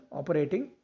operating